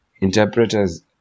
interpreters